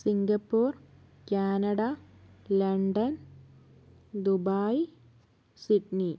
Singapore Canada London Dubai Sydney